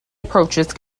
approaches